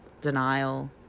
denial